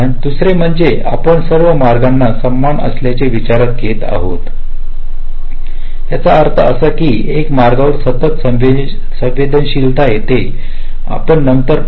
दुसरे म्हणजे आपण सर्व मार्ग समान असल्याचे विचारात घेत आहोत याचा अर्थ असा की एका मार्गावर सतत संवेदनशीलता येते आपण नंतर पहात आहोत